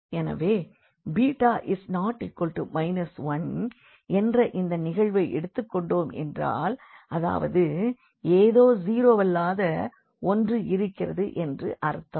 எனவே β≠ 1 என்ற இந்த நிகழ்வை எடுத்துக்கொண்டோம் என்றால் அதாவது ஏதோ ஜீரோவல்லாத ஒன்று இருக்கிறது என்று அர்த்தம்